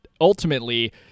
ultimately